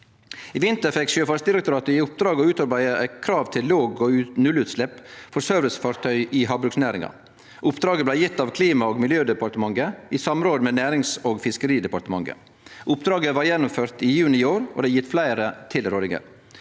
I vinter fekk Sjøfartsdirektoratet i oppdrag å utarbeide eit krav til låg- og nullutslepp for servicefartøy i havbruksnæringa. Oppdraget blei gjeve av Klima- og miljødepartementet i samråd med Nærings- og fiskeridepartementet. Oppdraget var gjennomført i juni i år, og det er gjeve fleire tilrådingar.